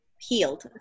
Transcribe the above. healed